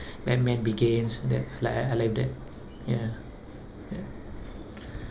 batman begins that like I I like that ya ya